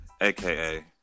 aka